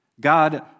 God